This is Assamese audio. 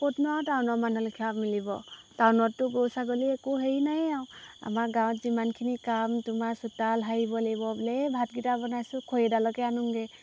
ক'তনো আৰু টাউনৰ মানুহ লিখা মিলিব টাউনতটো গৰু ছাগলী একো হেৰি নাই আৰু আমাৰ গাঁৱত যিমানখিনি কাম তোমাৰ চোতাল সাৰিব লাগিব বোলে এই ভাতকেইটা বনাইছোঁ খৰিডালকে আনোগৈ